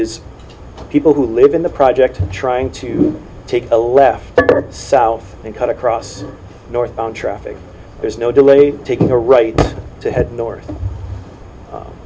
is people who live in the projects trying to take a left south and cut across north traffic there's no delay taking a right to head north